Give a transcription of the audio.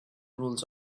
rules